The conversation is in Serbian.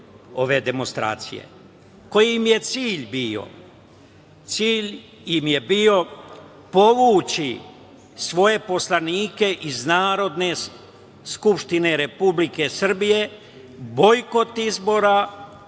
ove demonstracije. Koji im je cilj bio? Cilj im je bio povući svoje poslanike iz Narodne skupštine Republike Srbije, bojkot izbora,